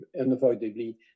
unavoidably